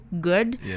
good